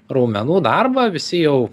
raumenų darbą visi jau